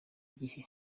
gihe